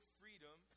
freedom